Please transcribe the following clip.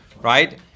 right